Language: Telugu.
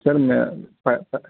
సార్ మేము